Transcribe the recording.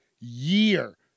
year